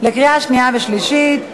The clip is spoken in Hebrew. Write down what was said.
לקריאה שנייה ושלישית.